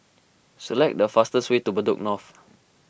select the fastest way to Bedok North